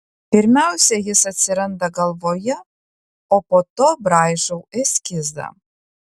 pirmiausia jis atsiranda galvoje o po to braižau eskizą